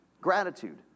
gratitude